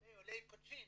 לגבי עולי קוצ'ין.